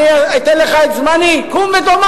אני אתן לך את זמני, קום ותאמר.